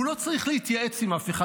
והוא לא צריך להתייעץ עם אף אחד.